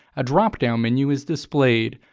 a drop-down menu is displayed.